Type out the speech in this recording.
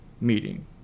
meeting